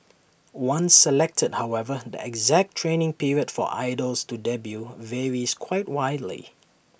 once selected however the exact training period for idols to debut varies quite widely